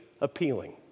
appealing